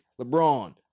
LeBron